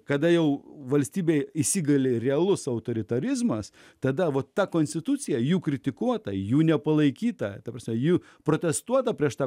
kada jau valstybėje įsigali realus autoritarizmas tada ta konstitucija jų kritikuota jų nepalaikyta tamsa ji protestuota prieš tą